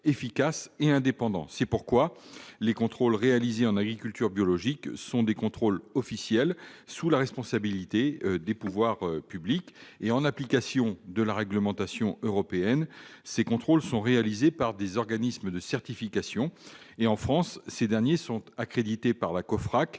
efficace et indépendant. C'est pourquoi les contrôles réalisés en agriculture biologique sont officiels, sous la responsabilité des pouvoirs publics. En application de la réglementation européenne, ces contrôles sont réalisés par des organismes de certification. En France, ces derniers sont accrédités par le Comité